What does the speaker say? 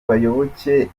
bayoboke